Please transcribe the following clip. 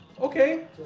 Okay